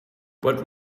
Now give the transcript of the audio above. what